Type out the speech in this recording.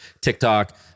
TikTok